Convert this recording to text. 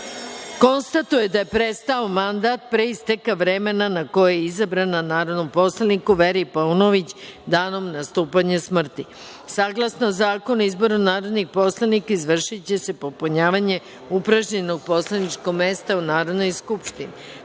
konstatuje da je prestao mandat pre isteka vremena na koji je izabrana narodnom poslaniku Veri Paunović, danom nastupanja smrti. Saglasno Zakonu o izboru narodnih poslanika izvršiće se popunjavanje upražnjenog poslaničkog mesta u Narodnoj skupštini. Narodni